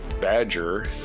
badger